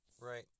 Right